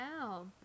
Wow